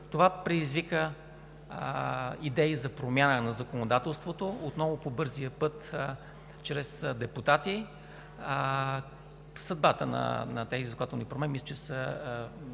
това предизвика идеи за промяна на законодателството – отново по бързия път чрез депутати. Съдбата на тези законодателни промени мисля, че са